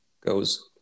goes